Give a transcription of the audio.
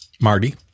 Marty